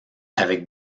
avec